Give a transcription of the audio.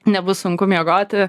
nebus sunku miegoti